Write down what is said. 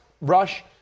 rush